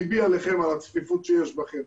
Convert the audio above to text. ליבי עליכם על הצפיפות שיש בכם.